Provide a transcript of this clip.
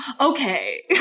okay